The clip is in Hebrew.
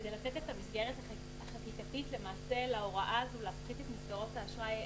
כדי לתת את המסגרת החקיקתית למעשה להוראה הזו להפחית את מסגרות האשראי,